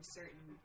certain